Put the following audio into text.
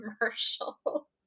commercial